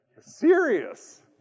Serious